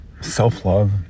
self-love